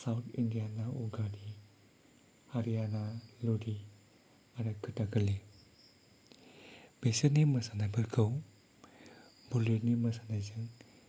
south इन्दियानिया उगादि हारियाना लदि आरो कथाकली बेसोरनि मोसानायफोरखौ बलिउडनि मोसानायजों